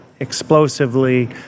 explosively